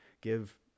Give